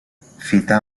fita